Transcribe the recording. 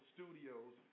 Studios